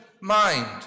mind